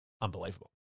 unbelievable